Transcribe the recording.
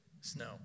snow